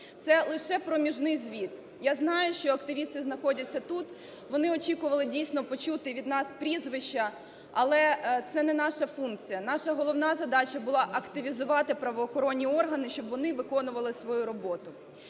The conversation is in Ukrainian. Це лише проміжний звіт. Я знаю, що активісти знаходяться тут, вони очікували, дійсно, почути від нас прізвища, але це не наша функція. Наша головна задача була – активізувати правоохоронні органи, щоб вони виконували свою роботу.